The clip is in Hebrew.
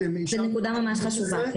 זו נקודה מאוד חשובה.